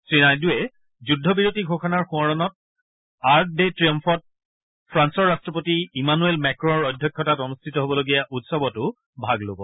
শ্ৰীনাইডুৱে যুদ্ধবিৰতি ঘোষণাৰ সোঁৱৰণত আৰ্ক ডে ট্ৰিম্ফত ফ্ৰান্সৰ ৰট্টপতি ইমানুৱেল মেক্ৰ'ৰ অধ্যক্ষতাত অনুষ্ঠিত হ'বলগীয়া উৎসৰতো ভাগ ল'ব